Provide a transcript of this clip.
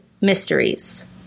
mysteries